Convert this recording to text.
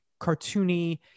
cartoony